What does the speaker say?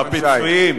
נחמן שי,